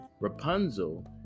Rapunzel